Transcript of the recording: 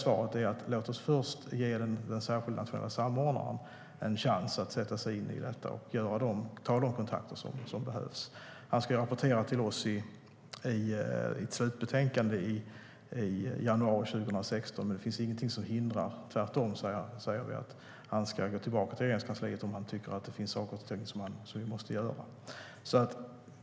Men låt oss först ge den särskilda nationella samordnaren en chans att sätta sig in i det och ta de kontakter som behövs. Han ska rapportera till oss i ett slutbetänkande i januari 2016, men vi har sagt att han ska återkomma till Regeringskansliet dessförinnan om han tycker att det finns saker och ting som vi måste göra.